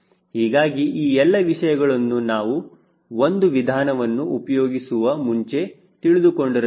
ಹೀಗಾಗಿ ಈ ಎಲ್ಲ ವಿಷಯಗಳನ್ನು ನಾವು ಒಂದು ವಿಧಾನವನ್ನು ಉಪಯೋಗಿಸುವ ಮುಂಚೆ ತಿಳಿದುಕೊಂಡಿರಬೇಕು